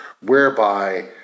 whereby